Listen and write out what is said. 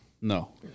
No